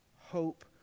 hope